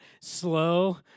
slow